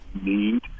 need